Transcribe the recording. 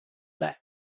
back